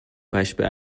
beispiel